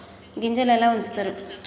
గింజలు ఎలా ఉంచుతారు?